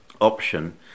option